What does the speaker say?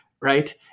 right